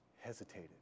hesitated